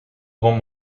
grands